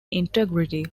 integrity